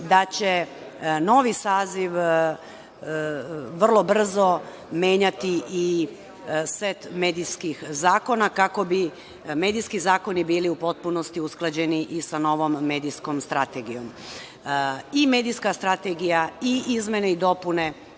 da će novi saziv vrlo brzo menjati i set medijskih zakona kako bi medijski zakoni bili u potpunosti usklađeni i sa novom medijskom strategijom.I medijska strategija, i izmene i dopune